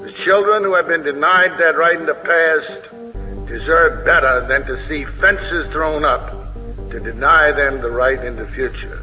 children who have been denied that right in the past deserve better than to see fences thrown up to deny them the right in the future.